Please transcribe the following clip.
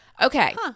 Okay